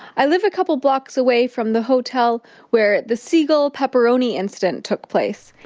i live a couple blocks away from the hotel where the seagull pepperoni incident took place